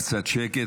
קצת שקט.